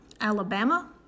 Alabama